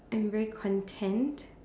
I am very content